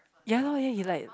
ya loh then he like